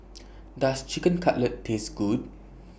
Does Chicken Cutlet Taste Good